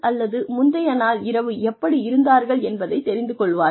அல்லது முந்தைய நாள் இரவு எப்படி இருந்தார்கள் என்பதைத் தெரிந்து கொள்வார்கள்